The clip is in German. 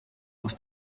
aus